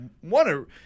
one